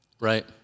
Right